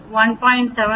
78 2